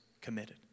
committed